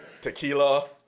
tequila